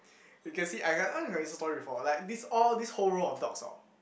you can see I got ask her Insta Story before like this all this whole row of dogs hor